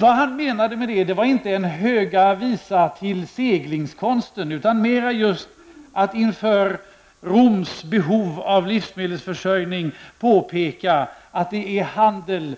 Vad Pompejus menade med det var inte någon Höga visan till seglingskonsten, utan mer just att inför Roms behov av livsmedelsförsörjning påpeka att handel,